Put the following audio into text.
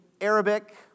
Arabic